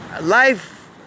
life